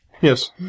Yes